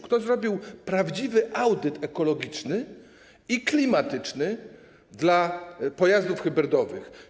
Kto zrobił prawdziwy audyt ekologiczny i klimatyczny dla pojazdów hybrydowych?